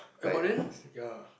eh but then ya